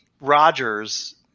Rogers